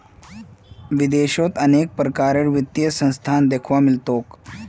विदेशत अनेक प्रकारेर वित्तीय संस्थान दख्वा मिल तोक